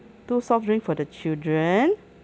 two soft drink for the children